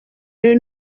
rero